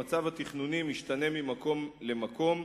המצב התכנוני משתנה ממקום למקום.